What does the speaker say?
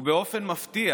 ובאופן מפתיע